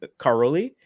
Caroli